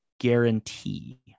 Guarantee